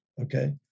Okay